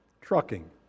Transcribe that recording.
Trucking